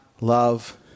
love